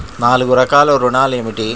నాలుగు రకాల ఋణాలు ఏమిటీ?